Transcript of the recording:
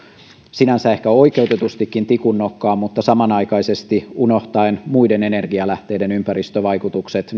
sinänsä ehkä oikeutetustikin tikun nokkaan mutta samanaikaisesti unohtaen muiden energialähteiden ympäristövaikutukset